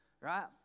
right